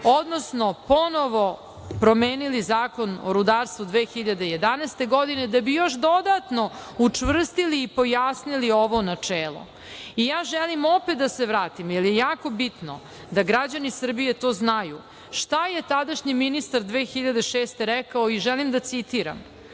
odnosno ponovo promenili Zakon o rudarstvu 2011. godine, da bi još dodatno učvrstili i pojasnili ovo načelo. Ja želim opet da se vratim, jer je jako bitno da građani Srbije to znaju, šta je tadašnji ministar 2006. godine rekao i želim da citiram